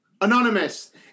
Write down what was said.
Anonymous